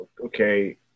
okay